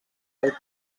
autors